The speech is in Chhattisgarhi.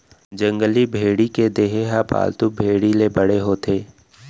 जंगली भेड़ी के देहे ह पालतू भेड़ी ले बड़े होथे